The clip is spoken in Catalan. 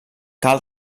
cal